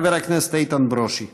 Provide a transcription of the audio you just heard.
חבר הכנסת איתן ברושי.